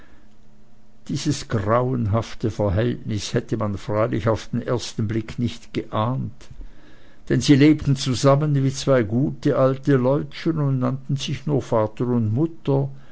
dieses grauenhafte verhältnis hätte man freilich auf den ersten blick nicht geahnt denn sie lebten zusammen wie zwei gute alte leutchen und nannten sich nur vater und mutter